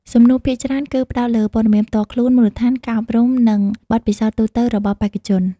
សំណួរភាគច្រើនគឺផ្តោតលើព័ត៌មានផ្ទាល់ខ្លួនមូលដ្ឋាន ការអប់រំ និងបទពិសោធន៍ទូទៅរបស់បេក្ខជន។